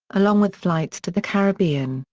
along with flights to the caribbean,